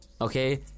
Okay